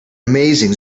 amazing